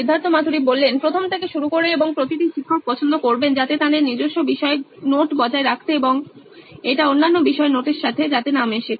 Siddharth Maturi C E O নইন electronics প্রথম থেকে শুরু করে এবং প্রতিটি শিক্ষক পছন্দ করবেন যাতে তাঁদের নিজস্ব বিষয়ে নোট বজায় রাখতে এবং এটা অন্যান্য বিষয়ের নোটের সাথে যাতে না মেশে